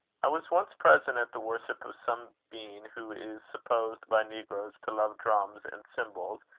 i was once present at the worship of some being who is supposed by negroes to love drums and cymbals,